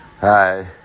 Hi